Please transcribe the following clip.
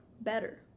better